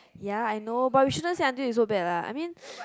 ya I know but we shouldn't say until it so bad lah I mean